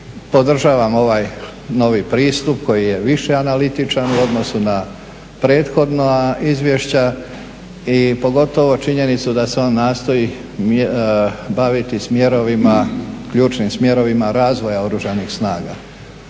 podržavam ovaj novi pristup koji je više analitičan u odnosu na prethodna izvješća i pogotovo činjenicu da se on nastoji baviti smjerovima, ključnim smjerovima razvoja Oružanih snaga.